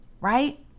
right